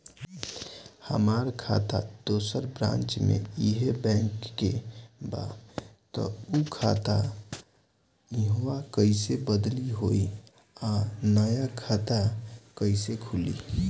हमार खाता दोसर ब्रांच में इहे बैंक के बा त उ खाता इहवा कइसे बदली होई आ नया खाता कइसे खुली?